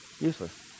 Useless